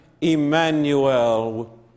Emmanuel